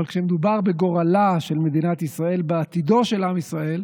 אבל כשמדובר בגורלה של מדינת ישראל ובעתידו של עם ישראל,